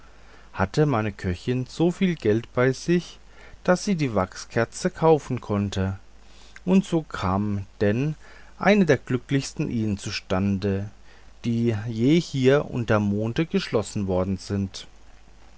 hatte meine köchin so viel geld bei sich daß sie die wachskerze kaufen konnte und so kam denn eine der glücklichsten ehen zustande die je hier unterm monde geschlossen worden sind